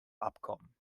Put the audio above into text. abkommen